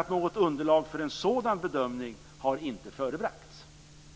Något underlag för en sådan bedömning har inte förebragts.